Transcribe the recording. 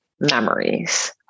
memories